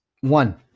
One